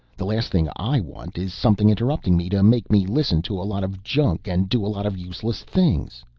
the last thing i want is something interrupting me to make me listen to a lot of junk and do a lot of useless things.